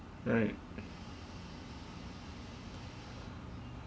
right